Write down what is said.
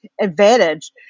advantage